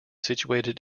situated